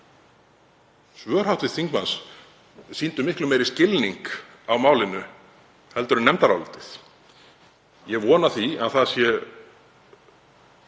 Svör hv. þingmanns sýndu miklu meiri skilning á málinu en nefndarálitið. Ég vona því að það sé